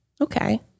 okay